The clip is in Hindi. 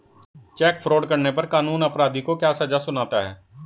चेक फ्रॉड करने पर कानून अपराधी को क्या सजा सुनाता है?